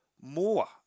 more